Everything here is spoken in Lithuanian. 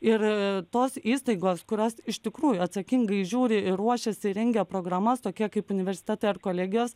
ir tos įstaigos kurios iš tikrųjų atsakingai žiūri ir ruošiasi rengia programas tokie kaip universitetai ar kolegijos